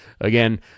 again